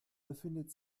befindet